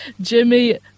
Jimmy